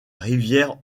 rivière